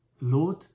Lord